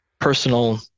personal